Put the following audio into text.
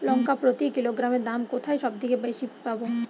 লঙ্কা প্রতি কিলোগ্রামে দাম কোথায় সব থেকে বেশি পাব?